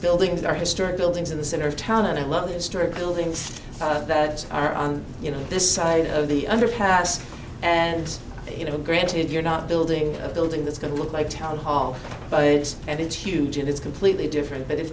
buildings our historic buildings in the center of town and i love historical things that are on this side of the underpass and you know granted you're not building a building that's going to look like town hall but it's and it's huge and it's completely different but if